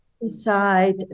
decide